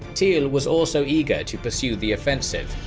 tilly was also eager to pursue the offensive,